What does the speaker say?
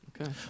okay